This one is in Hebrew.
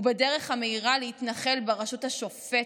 והם בדרך המהירה להתנחל ברשות השופטת.